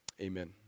amen